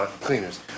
cleaners